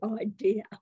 idea